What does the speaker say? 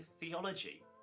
Theology